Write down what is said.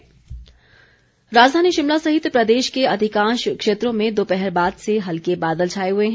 मौसम राजधानी शिमला सहित प्रदेश के अधिकांश क्षेत्रों में दोपहर बाद से हल्के बादल छाए हुए हैं